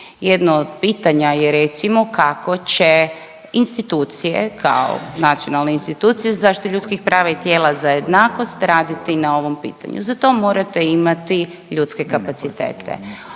Jedno od pitanja je recimo kako će institucije kao nacionalne institucije za zaštitu ljudskih prava i tijela za jednakost raditi na ovom pitanju. Za to morate imati ljudske kapacitete.